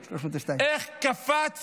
302. איך קפץ